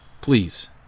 please